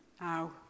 Now